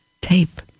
tape